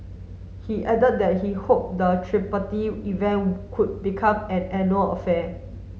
he added that he hoped the event could become an annual affair